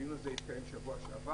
הדיון הזה התקיים ביום שני שבוע שעבר.